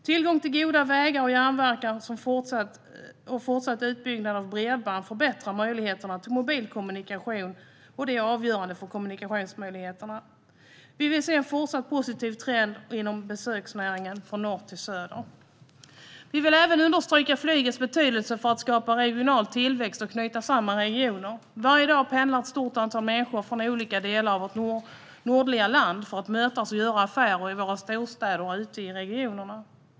Tillgång till goda vägar och järnvägar och fortsatt utbyggnad av bredband och förbättrade möjligheter till mobil kommunikation är avgörande för kommunikationsmöjligheterna. Vi vill se en fortsatt positiv trend inom besöksnäringen, från norr till söder. Vi vill även understryka flygets betydelse för att skapa regional tillväxt och knyta samman regioner. Varje dag pendlar ett stort antal människor från olika delar av vårt nordliga land för att mötas och göra affärer i våra storstäder och ute i regionerna.